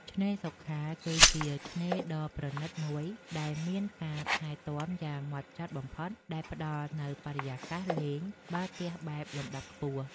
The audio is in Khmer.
ឆ្នេរសុខាគឺជាឆ្នេរដ៏ប្រណីតមួយដែលមានការថែទាំយ៉ាងហ្មត់ចត់បំផុត ដែលផ្ដល់នូវបរិយាកាសលេងបាល់ទះបែបលំដាប់ខ្ពស់។